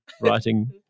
writing